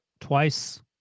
Twice